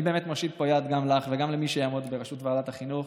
אני באמת מושיט פה יד גם לך וגם למי שיעמוד בראשות ועדת החינוך.